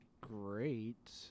great